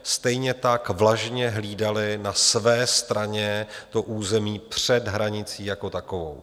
Stejně tak vlažně hlídali na své straně území před hranicí jako takovou.